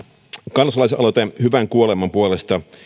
kansalaisaloite hyvän kuoleman puolesta